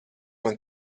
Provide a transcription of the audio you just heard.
man